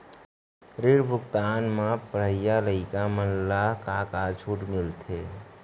ऋण भुगतान म पढ़इया लइका मन ला का का छूट मिलथे?